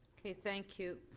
thank you.